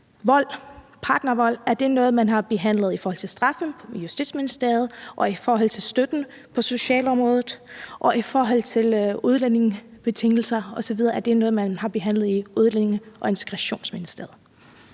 partnervold noget, man har behandlet i forhold til straffe i Justitsministeriet? Og hvad med støtten på socialområdet? Og er betingelser for udlændinge osv. noget, man har behandlet i Udlændinge- og Integrationsministeriet?